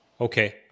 Okay